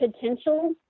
potential